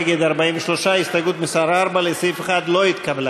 נגד 43. הסתייגות מס' 4 לסעיף 1 לא התקבלה.